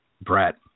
Brett